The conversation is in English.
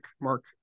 Mark